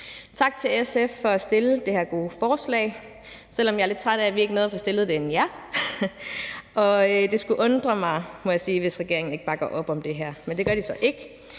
Tak til SF for at fremsætte det her gode forslag, selv om jeg er lidt træt af, at vi ikke nåede at fremsætte det inden jer, og jeg må sige, at det undrer mig, at regeringen ikke bakker op om det her, men det gør de så ikke.